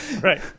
right